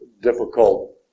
difficult